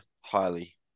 highly